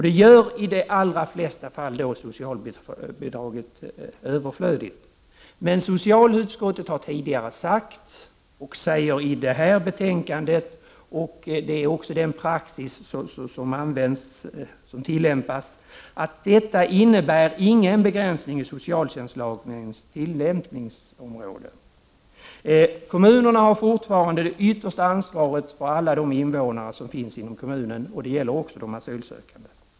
Det gör i de allra flesta fall socialbidraget överflödigt. Men socialutskottet har tidigare sagt och säger i det här betänkandet, vilket också är den praxis som tillämpas, att detta inte innebär någon begränsning av socialtjänstlagens tillämpningsområde. Kommunerna har fortfarande det yttersta ansvaret för alla de invånare som finns i kommunen. Det gäller också de asylsökande.